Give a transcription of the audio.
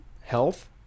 health